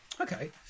Okay